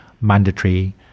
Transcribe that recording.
mandatory